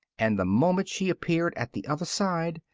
and, the moment she appeared at the other side,